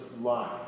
life